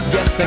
Yes